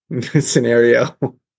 scenario